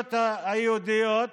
הרשויות היהודיות